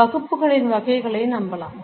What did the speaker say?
வகுப்புகளில் வகைகளை நம்பலாம்